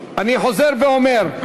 אני חוזר ואומר: